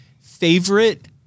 favorite